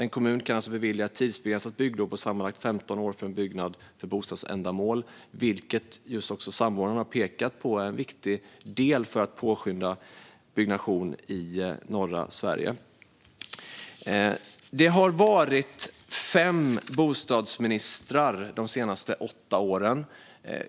En kommun kan alltså bevilja ett tidsbegränsat bygglov på sammanlagt 15 år för en byggnad för bostadsändamål, och det är viktigt för att påskynda byggnation i norra Sverige, vilket samordnaren också påpekat. Det har varit fem bostadsministrar de senaste åtta åren.